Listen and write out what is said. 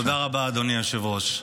תודה רבה, אדוני היושב-ראש.